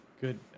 good